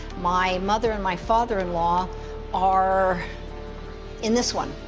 my mother and my father in law are in this one.